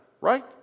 right